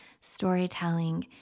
storytelling